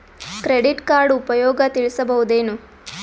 Credit card ಉಪಯೋಗ ತಿಳಸಬಹುದೇನು?